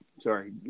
sorry